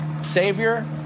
savior